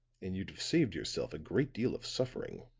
and you'd have saved yourself a great deal of suffering.